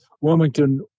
Wilmington